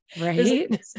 Right